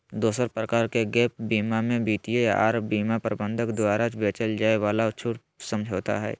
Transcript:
दोसर प्रकार के गैप बीमा मे वित्त आर बीमा प्रबंधक द्वारा बेचल जाय वाला छूट समझौता हय